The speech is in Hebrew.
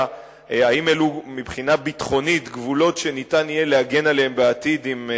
על האם אלו מבחינה ביטחונית גבולות שיהיה אפשר להגן עליהם בעתיד אם,